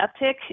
uptick